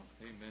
Amen